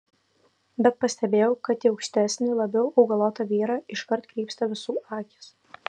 bet pastebėjau kad į aukštesnį labiau augalotą vyrą iškart krypsta visų akys